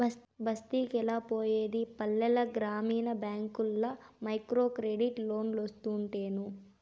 బస్తికెలా పోయేది పల్లెల గ్రామీణ బ్యాంకుల్ల మైక్రోక్రెడిట్ లోన్లోస్తుంటేను